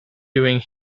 doing